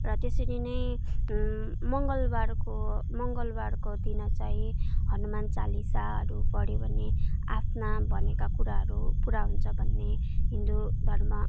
र त्यसरी नै मङ्गलवारको मङ्गलवारको दिन चाहिँ हनुमान चालिसाहरू पढ्यौँ भने आफ्ना भनेका कुराहरू पूरा हुन्छ भन्ने हिन्दू धर्ममा